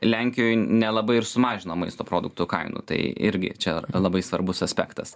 lenkijoj nelabai ir sumažino maisto produktų kainų tai irgi čia labai svarbus aspektas